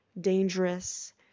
dangerous